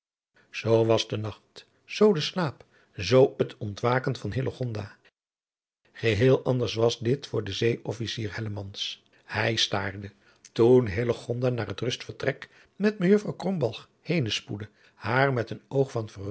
zoo was de nacht zoo de slaap zoo het ontwaken van hillegonda geheel anders was dit voor den zeeofficier hellemans hij staarde toen hillegonda naar het rustvertrek met juffr krombalg henen spoedde haar met een oog van